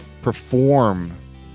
perform